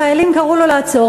החיילים קראו לו לעצור,